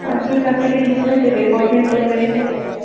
ପାଞ୍ଚ ସାତ କେଜି ଖଣ୍ଡେ ଦେବେ ପନିର୍ ତରକାରୀ ପାଇଁ ଦରକାର